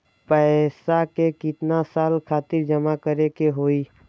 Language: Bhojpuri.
पैसा के कितना साल खातिर जमा करे के होइ?